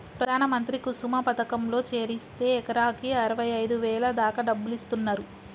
ప్రధాన మంత్రి కుసుమ పథకంలో చేరిస్తే ఎకరాకి అరవైఐదు వేల దాకా డబ్బులిస్తున్నరు